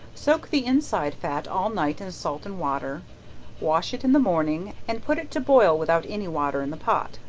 soak the inside fat all night in salt and water wash it in the morning, and put it to boil without any water in the pot.